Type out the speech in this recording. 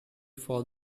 for